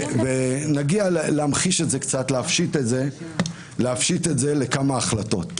נגיע להמחיש את זה, להפשיט את זה לכמה החלטות.